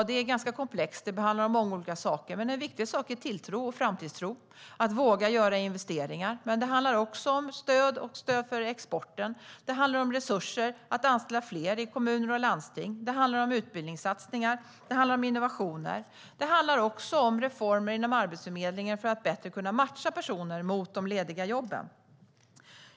Det är ganska komplext. Det handlar om många olika saker. Men en viktig sak är tilltro och framtidstro och att våga göra investeringar. Det handlar också om stöd och stöd för exporten. Det handlar om resurser och om att anställa fler i kommuner och landsting. Det handlar om utbildningssatsningar. Det handlar om innovationer. Det handlar också om reformer inom Arbetsförmedlingen för att bättre kunna matcha personer mot de lediga jobben.